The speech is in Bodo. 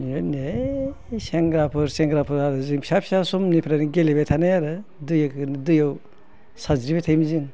ए नै सेंग्राफोर सेंग्राफोर आरो जों फिसा फिसा समनिफ्रायनो गेलेबाय थानाय आरो दैआव सानस्रिबाय थायोमोन जों